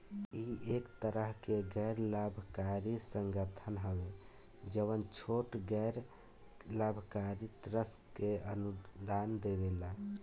इ एक तरह के गैर लाभकारी संगठन हवे जवन छोट गैर लाभकारी ट्रस्ट के अनुदान देवेला